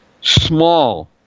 small